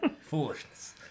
Foolishness